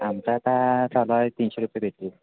आमचा आता सधारण तीनशे रुपये देतो